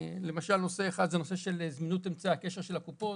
למשל נושא אחד זה נושא של זמינות אמצעי הקשר של הקופות,